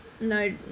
no